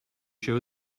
show